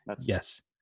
Yes